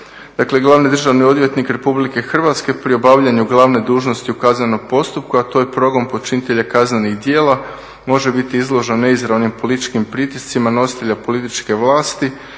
dakle glavni državni odvjetnik RH pri obavljanju glavne dužnosti ukazanog postupka, a to je progon počinitelja kaznenih djela može biti izložen neizravnim političkim pritiscima nositelja političke vlasti